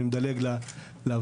אני מדלג לוועדה,